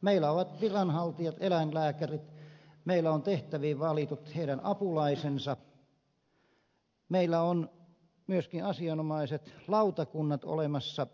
meillä on viranhaltijat eläinlääkärit meillä on heidän tehtäviin valitut apulaisensa meillä on myöskin asianomaiset lautakunnat olemassa